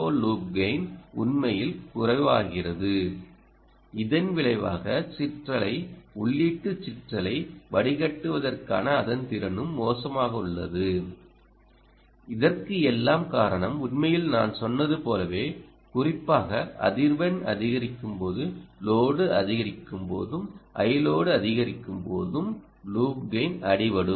ஓ loop gain உண்மையில் குறைவாகிறது இதன் விளைவாக சிற்றலை உள்ளீட்டு சிற்றலை வடிகட்டுவதற்கான அதன் திறனும் மோசமாக உள்ளது இதற்கெல்லாம் காரணம் உண்மையில் நான் சொன்னது போலவே குறிப்பாக அதிர்வெண் அதிகரிக்கும்போதும் லோடு அதிகரிக்கும்போதும் Iload அதிகரிக்கும்போதும் லூப் கெய்ன் அடிபடும்